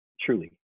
truly